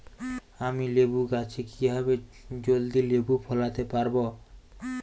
আমি লেবু গাছে কিভাবে জলদি লেবু ফলাতে পরাবো?